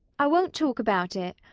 i won't talk about it.